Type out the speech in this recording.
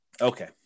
Okay